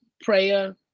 prayer